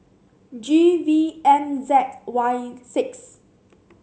G V M Z Y six